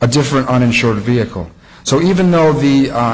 a different uninsured vehicle so even though of the